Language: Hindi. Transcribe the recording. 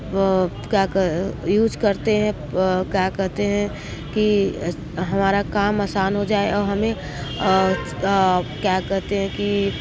क्या कह यूज़ करते हैं क्या कहते हैं कि एस हमारा काम आसान हो जाए और हमें क्या कहते है कि